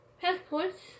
passports